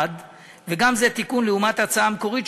וגם זה תיקון לעומת ההצעה המקורית,